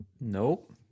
Nope